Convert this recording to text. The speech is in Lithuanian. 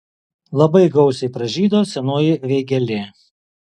labai gausiai pražydo senoji veigelė